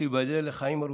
שתיבדל לחיים ארוכים,